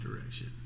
direction